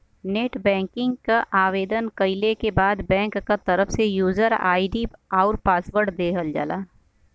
net banking क आवेदन कइले के बाद बैंक क तरफ से यूजर आई.डी आउर पासवर्ड देवल जाला